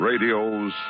Radio's